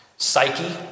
Psyche